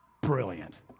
Brilliant